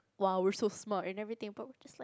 !wow! we so smart and everything but we just